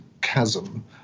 chasm